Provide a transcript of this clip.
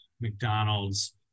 McDonald's